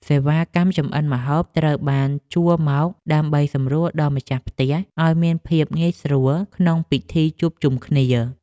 សេវាកម្មចម្អិនម្ហូបត្រូវបានជួលមក ដើម្បីសម្រួលដល់ម្ចាស់ផ្ទះឱ្យមានភាពងាយស្រួលក្នុងពិធីជួបជុំគ្នា។